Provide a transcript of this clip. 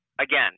again